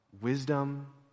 wisdom